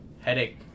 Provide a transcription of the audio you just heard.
headache